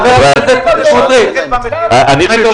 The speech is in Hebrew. אני רוצה